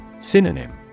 Synonym